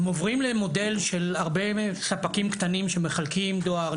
אם עוברים למודל של הרבה ספקים קטנים שמחלקים דואר,